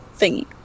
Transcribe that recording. thingy